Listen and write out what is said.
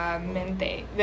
mente